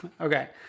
Okay